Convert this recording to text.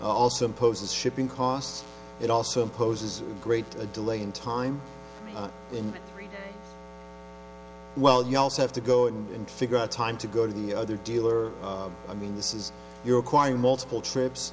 also imposes shipping costs it also imposes a great a delay in time in well you also have to go in and figure out time to go to the other dealer i mean this is you're acquiring multiple trips